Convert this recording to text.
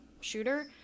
shooter